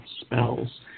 spells